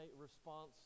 response